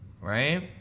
right